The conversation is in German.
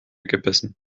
gebissen